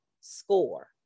score